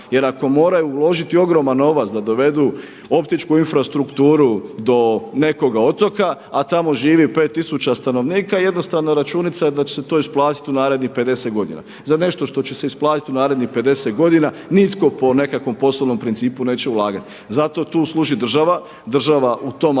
Jer ako moraju uložiti ogroman novac da dovedu optičku infrastrukturu do nekog otoka, a tamo živi 5000 stanovnika jednostavna je računica da će se to isplatiti u narednih 50 godina. Za nešto što će se isplatiti u narednih 50 godina nitko po nekakvom poslovnom principu neće ulagati. Zato tu služi država, država u tom aspektu